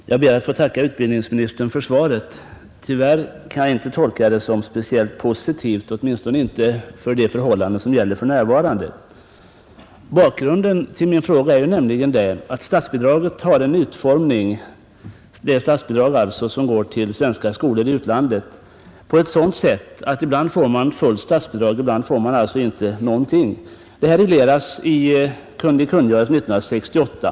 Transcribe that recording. Herr talman! Jag ber att få tacka utbildningsministern för svaret. Tyvärr kan jag inte tolka det som speciellt positivt, åtminstone inte för de förhållanden som gäller för närvarande. Bakgrunden till min fråga är att det statsbidrag som går till svenska skolor i utlandet är utformat på sådant sätt att man vid vissa tillfällen får helt statsbidrag och vid andra inte någonting. Detta regleras i en kungl. kungörelse från 1968.